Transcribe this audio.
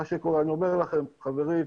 אני אומר לכם, חברים,